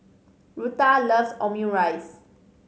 Rutha loves Omurice